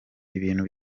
ibintu